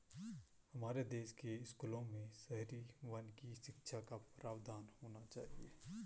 हमारे देश के स्कूलों में शहरी वानिकी शिक्षा का प्रावधान होना चाहिए